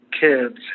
kids